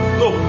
no